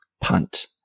punt